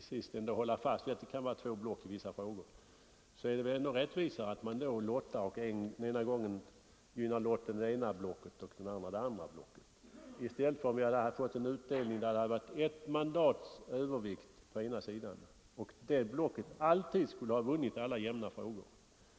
oss ändå hålla fast vid att det i vissa frågor kan förekomma två block — måste det väl vara rättvisast att lotta. Lotten gynnar då ena gången den ena sidan och andra gången den andra sidan. Det måste enligt min mening vara rättvisare än om vi hade fått en utdelning där det varit ett mandats övervikt för ena sidan och det blocket alltid skulle ha vunnit. Jag anser att det sistnämnda förhållandet skulle Jämviktsriksdagen fungerar naturligtvis också bra genom den service vi har från kansli, vaktmästeri och annat.